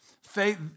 Faith